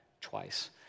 twice